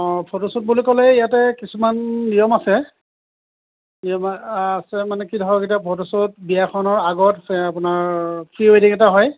অঁ photo shoot বুলি ক'লে ইয়াতে কিছুমান নিয়ম আছে নিয়ম আ আছে মানে কি ধৰক এতিয়া ফটো শ্বুট বিয়াখনৰ আগত আপোনাৰ প্ৰি ৱেডিং এটা হয়